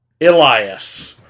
Elias